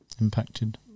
impacted